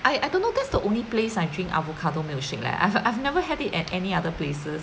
I I don't know that's the only place I drink avocado milkshake leh I've I've never had it at any other places